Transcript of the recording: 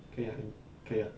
可以啊可以啊